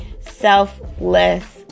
selfless